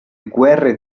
guerre